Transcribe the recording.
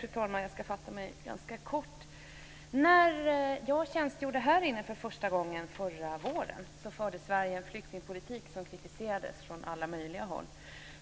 Fru talman! Jag ska fatta mig ganska kort. När jag tjänstgjorde här inne för första gången, förra våren, förde Sverige en flyktingpolitik som kritiserades från alla möjliga håll: